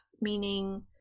meaning